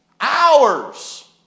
Hours